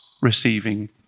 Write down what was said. receiving